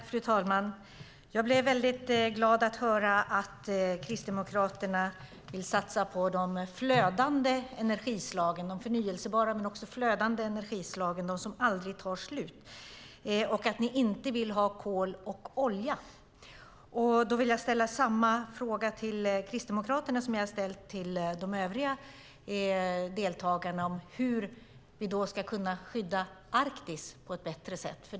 Fru talman! Jag blir glad när jag hör att Kristdemokraterna vill satsa på de flödande energislagen, de förnybara men också flödade energislagen, de som aldrig tar slut, och jag blir glad att de inte vill ha kol och olja. Därför vill jag ställa samma fråga till Kristdemokraterna som jag ställt till de övriga deltagarna, nämligen hur vi ska kunna skydda Arktis på ett bättre sätt.